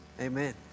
amen